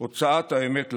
הוצאת האמת לאור.